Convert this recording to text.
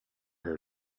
her